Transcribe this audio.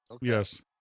Yes